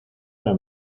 una